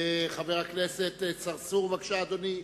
חבר הכנסת צרצור, בבקשה, אדוני.